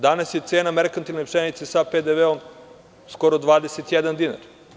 Danas je cena merkantilne pšenice sa PDV skoro 21 dinar.